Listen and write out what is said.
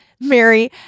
Mary